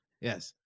Yes